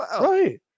Right